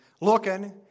looking